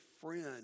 friend